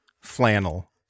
flannel